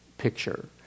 picture